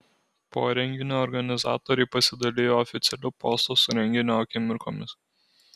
po renginio organizatoriai pasidalijo oficialiu postu su renginio akimirkomis